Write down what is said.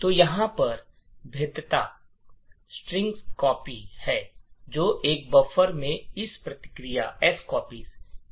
तो यहां पर भेद्यता strcpy है जो एक बफर में एस प्रतियां के कारण है